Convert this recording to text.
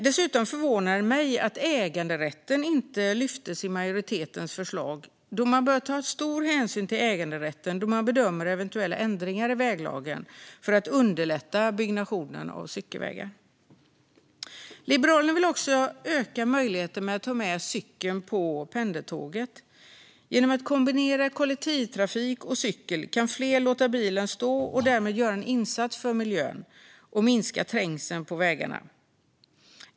Dessutom förvånade det mig att äganderätten inte lyftes i majoritetens förslag, då man bör ta stor hänsyn till äganderätten när man bedömer eventuella ändringar i väglagen för att underlätta byggnation av cykelvägar. Liberalerna vill också öka möjligheten att ta med cykeln på pendeltåget. Genom att kombinera kollektivtrafik och cykel kan fler låta bilen stå och därmed göra en insats för miljön och minska trängseln på vägarna.